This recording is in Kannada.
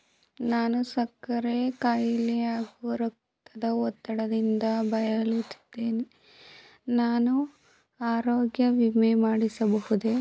ನಾನು ಸಕ್ಕರೆ ಖಾಯಿಲೆ ಹಾಗೂ ರಕ್ತದ ಒತ್ತಡದಿಂದ ಬಳಲುತ್ತಿದ್ದೇನೆ ನಾನು ಆರೋಗ್ಯ ವಿಮೆ ಮಾಡಿಸಬಹುದೇ?